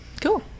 Cool